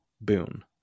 Boon